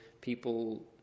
people